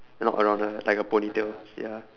not around her like a ponytail ya